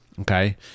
okay